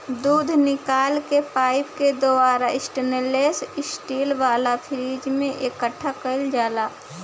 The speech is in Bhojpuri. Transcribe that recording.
दूध निकल के पाइप के द्वारा स्टेनलेस स्टील वाला फ्रिज में इकठ्ठा कईल जाला